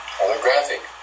holographic